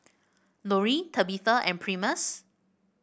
Lori Tabitha and Primus